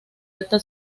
alta